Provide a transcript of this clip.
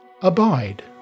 Abide